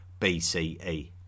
BCE